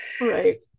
right